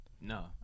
No